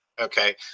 okay